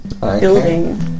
building